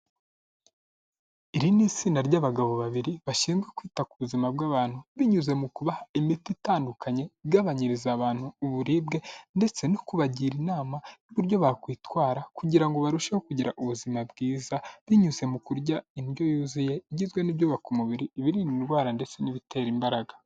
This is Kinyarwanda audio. iri ni itsinda ry'abagabo babiri bashinzwe kwita ku buzima bw'abantu binyuze mu kubaha imiti itandukanye igabanyiriza abantu uburibwe ndetse no kubagira inama n'uburyo bakwitwara kugira ngo barusheho kugira ubuzima bwiza binyuze mu kurya indyo yuzuye igizwe n'ibyubaka umubiri ibirinda indwara ndetse n'ibitera imbaraga.